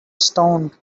stoned